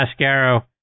Mascaro